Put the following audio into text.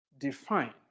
define